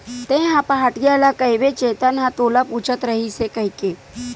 तेंहा पहाटिया ल कहिबे चेतन ह तोला पूछत रहिस हे कहिके